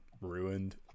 ruined